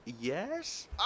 yes